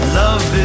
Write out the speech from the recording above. love